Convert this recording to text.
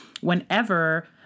Whenever